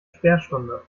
sperrstunde